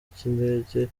cy’indege